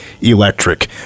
electric